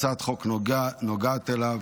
הצעת החוק נוגעת אליו.